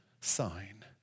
sign